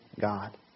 God